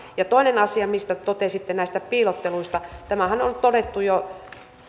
toinen asia mistä totesitte näistä piilotteluista tämähän on todettu jo